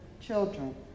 children